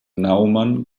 naumann